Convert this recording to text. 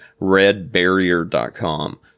redbarrier.com